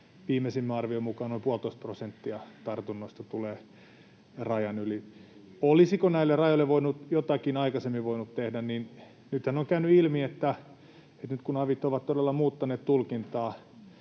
viimeisimmän arvion mukaan noin puolitoista prosenttia tartunnoista tulee rajan yli. Olisiko näille rajoille voinut jotakin aikaisemmin tehdä? Nythän on käynyt ilmi, kun avit ovat todella muuttaneet tulkintaa,